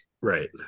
right